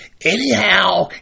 Anyhow